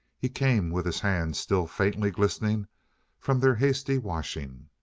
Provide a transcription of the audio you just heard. he came with his hands still faintly glistening from their hasty washing,